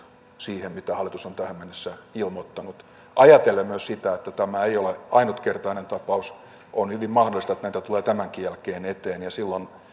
siihen mitä hallitus on tähän mennessä ilmoittanut ajatellen myös sitä että tämä ei ole ainutkertainen tapaus on hyvin mahdollista että näitä tulee tämänkin jälkeen eteen ja silloin